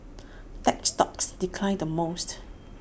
tech stocks declined the most